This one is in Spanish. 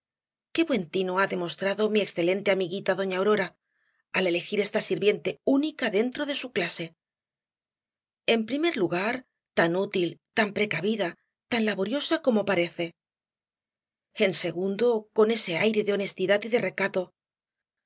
qué buen tino ha demostrado mi excelente amiguita doña aurora al elegir esta sirviente única dentro de su clase en primer lugar tan útil tan precavida tan laboriosa como parece en segundo con ese aire de honestidad y de recato